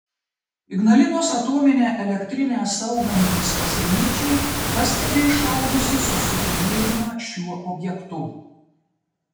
ignalinos atominę elektrinę saugantys pasieniečiai pastebi išaugusį susidomėjimą šiuo objektu